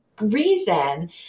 reason